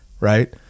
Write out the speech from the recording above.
right